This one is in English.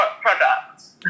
products